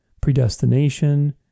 predestination